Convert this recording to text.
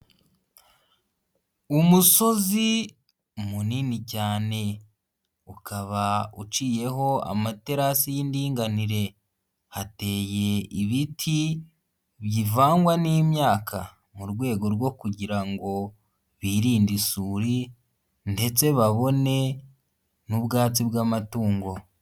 Umusozi munini cyane, ukaba uciyeho amaterasi y'indinganire, hateye ibiti bivangwa n'imyaka mu rwego rwo kugira ngo birinde isuri ndetse babone n'ubwatsi bw'amatungo.